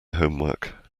homework